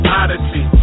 odyssey